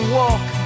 walk